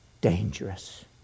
dangerous